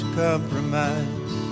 compromise